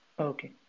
Okay